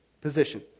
position